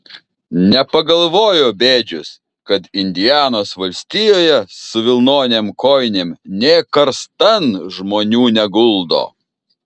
nepagalvojo bėdžius kad indianos valstijoje su vilnonėm kojinėm nė karstan žmonių neguldo